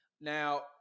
Now